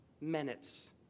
minutes